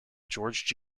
george